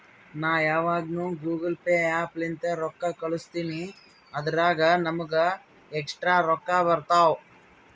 ನಾ ಯಾವಗ್ನು Google Pay app ಲಿಂತೇ ರೊಕ್ಕಾ ಕಳುಸ್ತಿನಿ ಅದುರಾಗ್ ನಮ್ಮೂಗ ಎಕ್ಸ್ಟ್ರಾ ರೊಕ್ಕಾ ಬರ್ತಾವ್